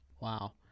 Wow